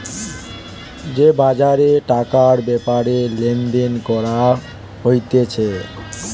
যে বাজারে টাকার ব্যাপারে লেনদেন করা হতিছে